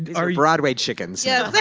are broadway chickens. yeah yeah